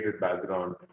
background